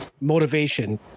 motivation